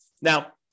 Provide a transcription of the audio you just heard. Now